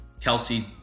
Kelsey